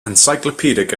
encyclopedic